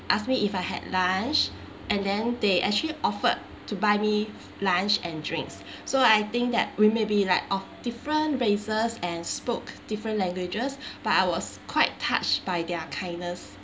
asked me if I had lunch and then they actually offered to buy me lunch and drinks so I think that we may be like of different races and spoke different languages but I was quite touched by their kindness